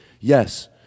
yes